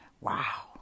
wow